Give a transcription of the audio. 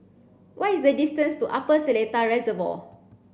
what is the distance to Upper Seletar Reservoir